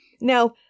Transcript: Now